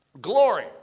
Glory